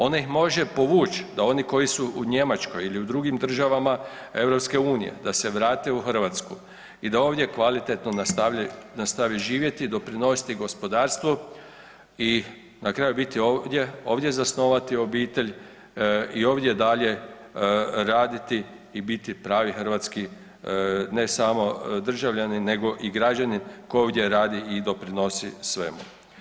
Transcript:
Ona ih može povući, da oni koji su u Njemačkoj i u drugim državama EU, da se vrate u Hrvatsku i da ovdje kvalitetno nastavi živjeti i doprinositi gospodarstvu i na kraju biti ovdje, ovdje zasnovati obitelj i ovdje dalje raditi i biti pravi hrvatski ne samo državljanin nego i građanin koji ovdje radi i doprinosi svemu.